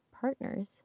partners